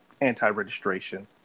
anti-registration